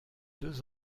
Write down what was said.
deux